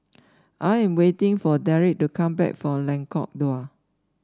I am waiting for Derrick to come back from Lengkong Dua